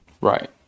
right